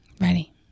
Ready